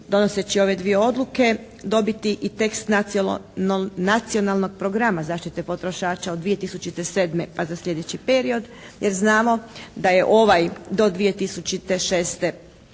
donoseći ove dvije odluke dobiti i tekst Nacionalnog programa zaštite potrošača od 2007. pa za sljedeći period jer znamo da je ovaj do 2006. dobro